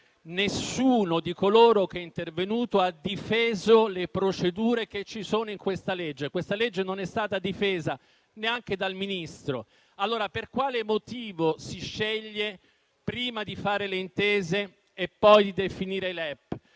ragione nessuno di coloro che è intervenuto ha difeso le procedure presenti nel provvedimento. Il disegno di legge non è stato difeso neanche dal Ministro. Allora per quale motivo si sceglie prima di fare le intese e poi di definire i LEP?